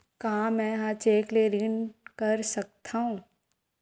का मैं ह चेक ले ऋण कर सकथव?